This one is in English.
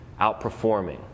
outperforming